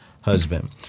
Husband